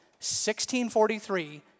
1643